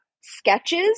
sketches